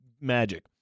magic